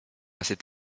cet